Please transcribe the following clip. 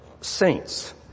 saints